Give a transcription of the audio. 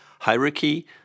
hierarchy